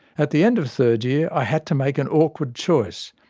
at the end of third year, i had to make an awkward choice.